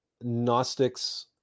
Gnostics